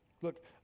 Look